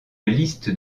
liste